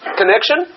connection